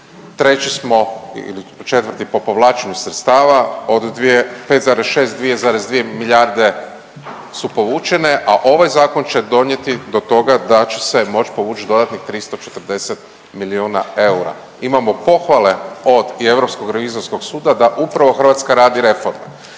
treći smo ili četvrti po povlačenju sredstava od dvije, 5,6 2,2 milijarde su povučene, a ovaj zakon će donijeti do toga da će se moći povući dodatnih 340 milijuna eura. Imamo pohvale od i Europskog revizorskog suda da upravo Hrvatska radi reforme.